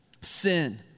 Sin